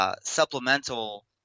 supplemental